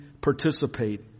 participate